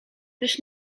też